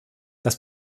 das